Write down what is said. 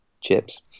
chips